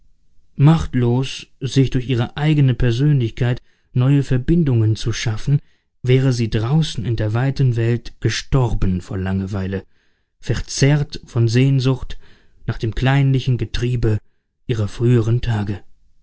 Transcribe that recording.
machtlos sich durch ihre eigene persönlichkeit neue verbindungen zu schaffen wäre sie draußen in der weiten welt gestorben vor langeweile verzehrt von sehnsucht nach dem kleinlichen getriebe ihrer früheren tage